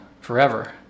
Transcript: forever